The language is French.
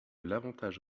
l’avantage